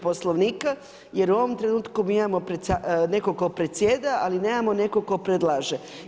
Poslovnika jer u ovom trenutku mi imamo nekoga tko presjeda, ali nemamo nekoga tko predlaže.